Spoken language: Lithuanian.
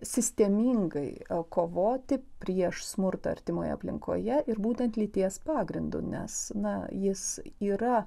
sistemingai kovoti prieš smurtą artimoje aplinkoje ir būtent lyties pagrindu nes na jis yra